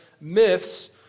myths